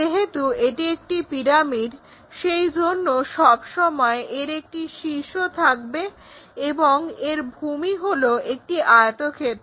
যেহেতু এটি একটি পিরামিড সেজন্য সব সময় এর একটি শীর্ষ থাকবে এবং এর ভূমি হলো একটি আয়তক্ষেত্র